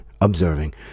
observing